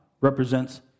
represents